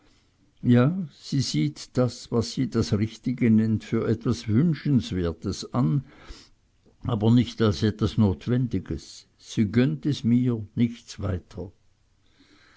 ja sie sieht das was sie das richtige nennt für etwas wünschenswertes an aber nicht als etwas notwendiges sie gönnt es mir nichts weiter